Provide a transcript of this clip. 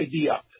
idea